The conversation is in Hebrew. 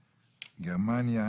גרמניה,